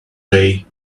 way